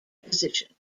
position